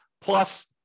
Plus